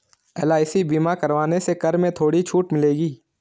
LIC बीमा करवाने से कर में थोड़ी छूट मिलेगी